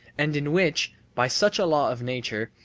and in which, by such a law of nature,